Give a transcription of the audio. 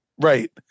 Right